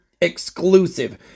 exclusive